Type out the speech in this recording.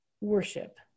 worship